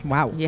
Wow